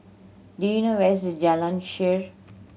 do you know where is Jalan Shaer